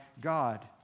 God